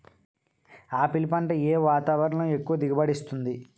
Apple పంట ఏ వాతావరణంలో ఎక్కువ దిగుబడి ఇస్తుంది?